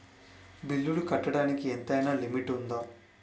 బిల్లులు కట్టడానికి ఎంతైనా లిమిట్ఉందా?